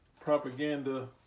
propaganda